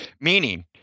Meaning